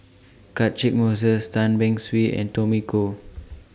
Catchick Moses Tan Beng Swee and Tommy Koh